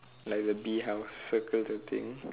like the bee house circle the thing